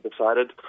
decided